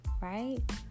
right